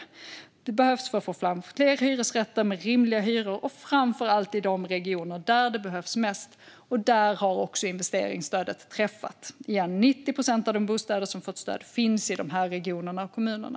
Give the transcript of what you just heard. Stödet behövs för att få fram fler hyresrätter med rimliga hyror, framför allt i de regioner där de behövs mest. Där har också investeringsstödet träffat. 90 procent av de bostäder som har fått stöd finns i de här regionerna och kommunerna.